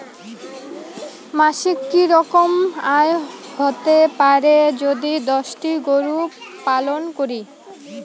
মাসিক কি রকম আয় হতে পারে যদি দশটি গরু পালন করি?